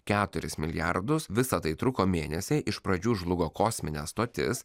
keturis milijardus visa tai truko mėnesį iš pradžių žlugo kosminė stotis